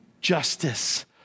justice